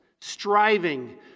striving